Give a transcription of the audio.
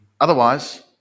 Otherwise